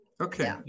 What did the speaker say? Okay